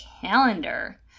calendar